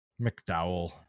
McDowell